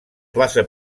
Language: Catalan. plaça